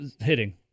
hitting